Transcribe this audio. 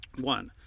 One